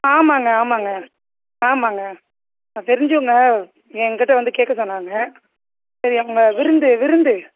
ஆமாம்ங்க ஆமாம்ங்க ஆமாம்ங்க தெரிஞ்சவங்க எங்ககிட்ட வந்து கேட்க சொன்னாங்க சரி அங்கே விருந்து விருந்து